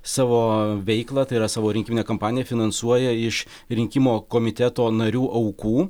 savo veiklą tai yra savo rinkiminę kampaniją finansuoja iš rinkimo komiteto narių aukų